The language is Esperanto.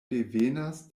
devenas